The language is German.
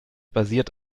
basiert